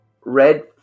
Red